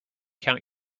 count